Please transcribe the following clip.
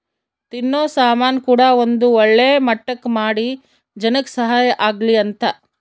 ತಿನ್ನೋ ಸಾಮನ್ ಕೂಡ ಒಂದ್ ಒಳ್ಳೆ ಮಟ್ಟಕ್ ಮಾಡಿ ಜನಕ್ ಸಹಾಯ ಆಗ್ಲಿ ಅಂತ